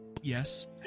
Yes